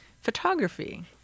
photography